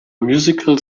musical